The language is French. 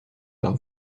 par